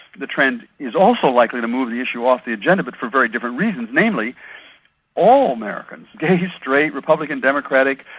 the trend is also likely to move the issue off the agenda, but for very different reasons, namely all americans gay, straight, republican, democratic,